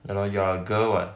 ya loh you are a girl what